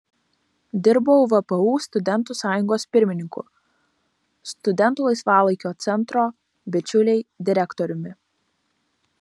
dirbau vpu studentų sąjungos pirmininku studentų laisvalaikio centro bičiuliai direktoriumi